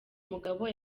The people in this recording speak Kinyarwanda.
mugabo